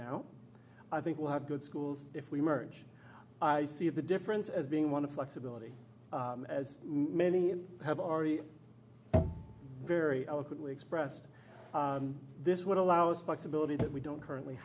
now i think we'll have good schools if we merge i see the difference as being one of flexibility as many have already very eloquently expressed this would allow us flexibility that we don't currently